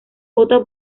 vota